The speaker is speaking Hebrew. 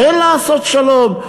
כן לעשות שלום,